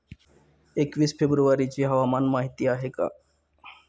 एकवीस फेब्रुवारीची हवामान माहिती आहे का?